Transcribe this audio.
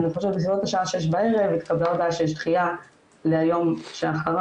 אני חושבת שבסביבות השעה 18:00 התקבלה הודעה שיש דחיה ליום שאחרי,